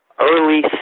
Early